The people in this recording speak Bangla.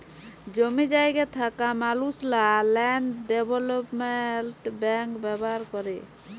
জমি জায়গা থ্যাকা মালুসলা ল্যান্ড ডেভলোপমেল্ট ব্যাংক ব্যাভার ক্যরে